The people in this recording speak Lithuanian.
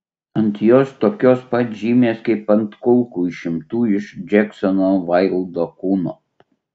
ant jos tokios pat žymės kaip ant kulkų išimtų iš džeksono vaildo kūno